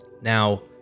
Now